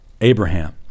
Abraham